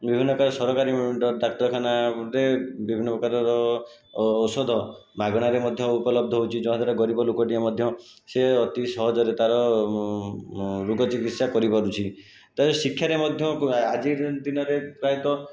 ବିଭିନ୍ନ ପ୍ରକାର ସରକାରୀ ଡାକ୍ତରଖାନା ଗୋଟିଏ ବିଭିନ୍ନ ପ୍ରକାରର ଔଷଧ ମାଗଣାରେ ମଧ୍ୟ ଉପଲବ୍ଧ ହେଉଛି ଯାହାଦ୍ୱାରା ଗରିବ ଲୋକଟିଏ ମଧ୍ୟ ସିଏ ଅତି ସହଜରେ ତା'ର ରୋଗ ଚିକିତ୍ସା କରିପାରୁଛି ତାପରେ ଶିକ୍ଷାରେ ମଧ୍ୟ ଆଜିକା ଦିନରେ ପ୍ରାୟତଃ